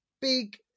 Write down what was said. big